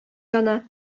яна